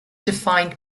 define